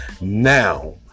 Now